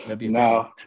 No